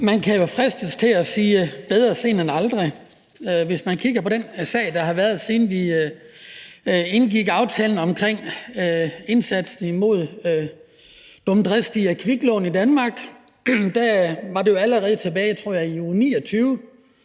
Man kan jo fristes til at sige bedre sent end aldrig, når man kigger på den sag, der har været, siden vi indgik aftalen om indsatsen imod dumdristige kviklån i Danmark. Det var allerede tilbage i uge 29,